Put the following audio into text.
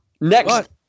Next